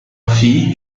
fille